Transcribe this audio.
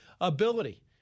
ability